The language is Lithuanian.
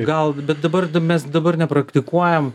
gal bet dabar mes dabar nepraktikuojam